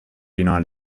united